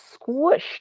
squished